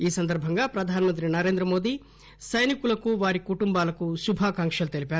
ఈ సందర్బంగా ప్రధానమంత్రి నరేంద్రమోదీ సైనికులు వారి కుటుంబాలకు శుభాకాంకలు తెలిపారు